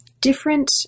Different